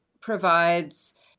provides